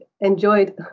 enjoyed